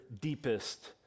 deepest